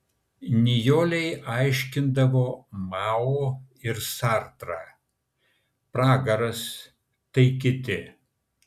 nijolei aiškindavo mao ir sartrą pragaras tai kiti